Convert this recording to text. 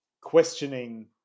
questioning